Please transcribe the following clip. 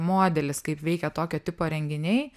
modelis kaip veikia tokio tipo renginiai